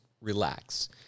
relax